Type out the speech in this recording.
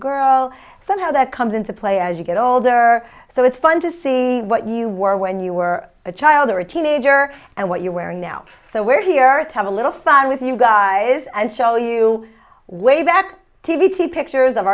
girl somehow that comes into play as you get older so it's fun to see what you wore when you were a child or a teenager and what you're wearing now so we're here to have a little fun with you guys and show you wave our t v see pictures of